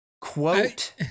quote